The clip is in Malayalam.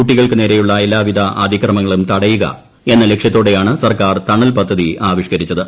കുട്ടികൾക്ക് നേരെയുള്ള എല്ലാവിധ അതിക്രമങ്ങളും തടയുക എന്ന ലക്ഷ്യത്തോടെയാണ് സർക്കാർ തണൽ പദ്ധതി ആവിഷ്കരിച്ചത്